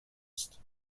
ist